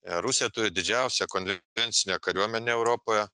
rusija turi didžiausią konvergencinę kariuomenę europoje